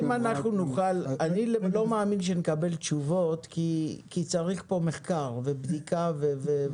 אני לא מאמין שנקבל תשובות כי צריך כאן מחקר ובדיקה.